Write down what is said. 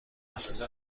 است